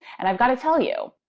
and i've got to tell you,